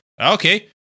Okay